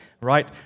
Right